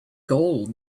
gold